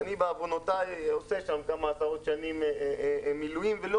אני בעוונותיי עושה שם כמה עשרות שנים מילואים ולא